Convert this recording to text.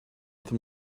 them